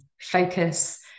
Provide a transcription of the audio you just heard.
focus